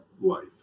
life